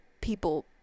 people